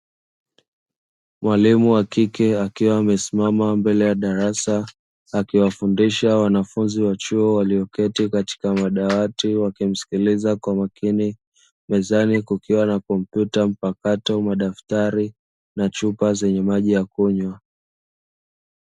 Mwalimu wa kike akiwa amesimama mbele ya darasa akiwafundisha wanafunzi wa chuo waliyoketi katika madawati wakimsikiliza kwa makini, mezani kukiwa na kompyuta mpakato, madaftari na chupa zenye maji ya kunywa.